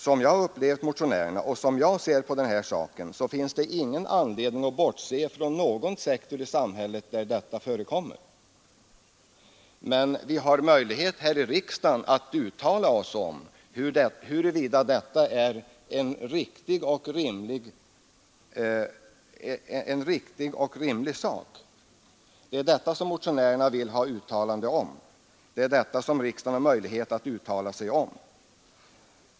Som jag upplevt motionerna och som jag ser på denna sak själv finns ingen anledning att bortse från någon sektor i samhället där detta förekommer. Men vi har här i riksdagen möjlighet att uttala oss om huruvida detta är en riktig och rimlig sak. Det är detta motionärerna vill ha ett uttalande om beträffande den sektor riksdagen är arbetsgivare för och förhandlar om genom sitt avtalsorgan. Riksdagen har utan tvekan möjlighet att göra detta.